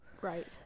Right